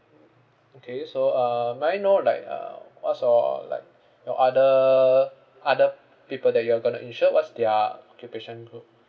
okay so uh may I know like uh what's your like your other other people that you are going to insure what's their occupation group